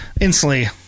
instantly